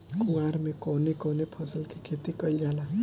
कुवार में कवने कवने फसल के खेती कयिल जाला?